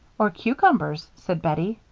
or cucumbers, said bettie.